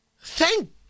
thank